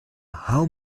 how